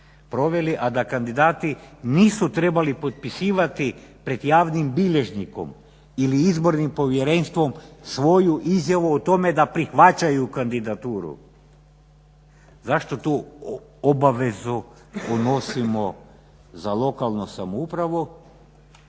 a da kandidati nisu trebali potpisivati pred javnim bilježnikom ili Izbornim povjerenstvom svoju izjavu o tome da prihvaćaju kandidaturu zašto tu obavezu unosimo za lokalnu samoupravu,